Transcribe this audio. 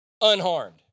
unharmed